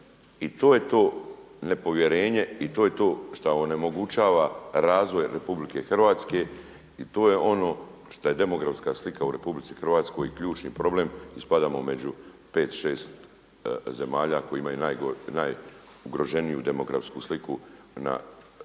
I to je to nepovjerenje, i to je to šta onemogućava razvoj RH, i to je ono šta je demografska slika u RH ključni problem i spadamo među pet, šest zemalja koji imaju najugroženiju demografsku sliku na svijetu,